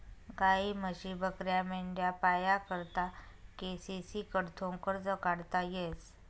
गायी, म्हशी, बकऱ्या, मेंढ्या पाया करता के.सी.सी कडथून कर्ज काढता येस